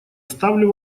ставлю